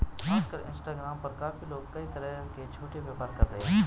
आजकल इंस्टाग्राम पर काफी लोग कई तरह के छोटे व्यापार कर रहे हैं